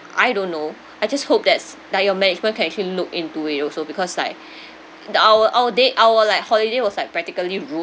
I don't know I just hope that's like your management can actually look into it also because like our our day our like holiday was like practically ruined